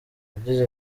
yagize